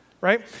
right